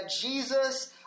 Jesus